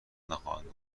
نخواهند